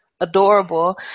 adorable